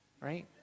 right